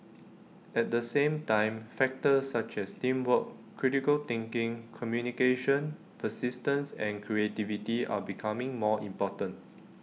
at the same time factors such as teamwork critical thinking communication persistence and creativity are becoming more important